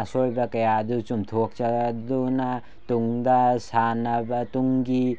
ꯑꯁꯣꯏꯕ ꯀꯌꯥ ꯑꯗꯨ ꯆꯨꯝꯊꯣꯛꯆꯗꯨꯅ ꯇꯨꯡꯗ ꯁꯥꯟꯅꯕ ꯇꯨꯡꯒꯤ